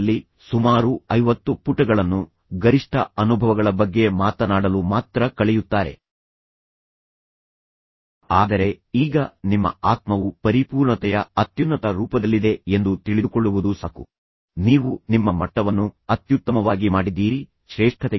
ಅವರಿಗೆ ಉತ್ತಮ ಆಹಾರವನ್ನು ನೀಡುವುದು ಬಹುಶಃ ಅವರ ಬೆನ್ನು ತಟ್ಟುವುದು ಅವರನ್ನು ಅಪ್ಪಿಕೊಳ್ಳುವುದು ಮತ್ತು ನಂತರ ಸಂವಹನವನ್ನು ಬ್ಲಾಕರ್ ಗಳನ್ನ ತಪ್ಪಿಸುವುದು ಇನ್ನು ಮುಂದೆ ಒಬ್ಬರನ್ನೊಬ್ಬರು ದೂಷಿಸಲು ಬಿಡದೆ ಪರಾನುಭೂತಿ ಕೌಶಲ್ಯಗಳನ್ನು ಬಳಸುವುದು ನೀವು ನೋವನ್ನು ಅನುಭವಿಸುತ್ತಿದ್ದೀರಿ ಎಂದು ತಿಳಿಯುವಂತೆ ಮಾಡಿ